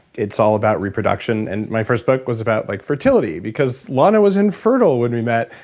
it's all about reproduction. and my first book was about like fertility because lana was infertile when we met.